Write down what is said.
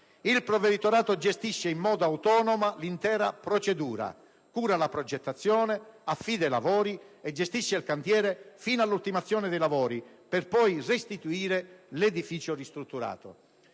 Il Provveditorato gestisce in modo autonomo l'intera procedura, cura la progettazione, affida i lavori e gestisce il cantiere fino all'ultimazione dei lavori, per poi restituire l'edificio ristrutturato.